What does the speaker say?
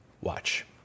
Watch